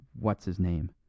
what's-his-name